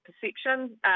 perception